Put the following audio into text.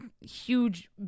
huge